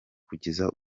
kugeza